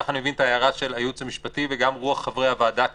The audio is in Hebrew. ככה אני מבין את ההערה של הייעוץ המשפטי וגם את רוח חברי הוועדה כאן.